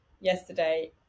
yesterday